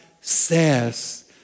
says